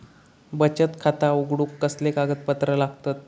बचत खाता उघडूक कसले कागदपत्र लागतत?